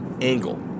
angle